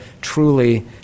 truly